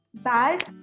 Bad